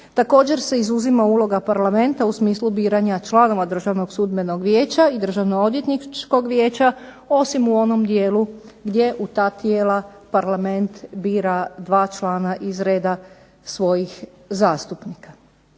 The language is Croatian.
Također se izuzima uloga parlamenta u smislu biranje članova Državnog sudbenog vijeća i Državno odvjetničkog vijeća osim u onom dijelu gdje u ta tijela parlament bira dva člana iz reda svojih zastupnika.